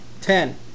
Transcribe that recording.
Ten